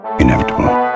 inevitable